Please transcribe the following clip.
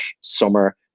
summer